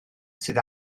sydd